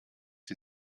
die